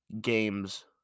games